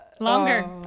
longer